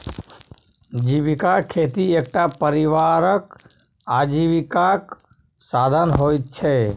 जीविका खेती एकटा परिवारक आजीविकाक साधन होइत छै